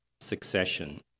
Succession